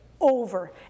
over